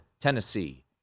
Tennessee